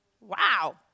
Wow